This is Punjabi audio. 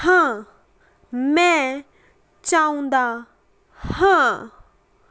ਹਾਂ ਮੈਂ ਚਾਹੁੰਦਾ ਹਾਂ